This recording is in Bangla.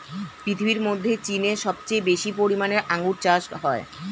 পৃথিবীর মধ্যে চীনে সবচেয়ে বেশি পরিমাণে আঙ্গুর চাষ হয়